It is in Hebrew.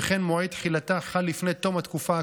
וכן מועד תחילתה חל לפני תום התקופה הקובעת.